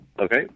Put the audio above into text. Okay